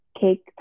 cake